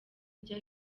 ijya